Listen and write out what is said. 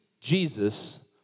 Jesus